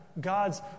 God's